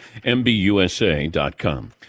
MBUSA.com